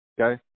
okay